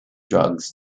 drugs